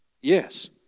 Yes